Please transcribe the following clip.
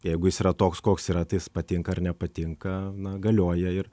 jeigu jis yra toks koks yra tai jis patinka ar nepatinka na galioja ir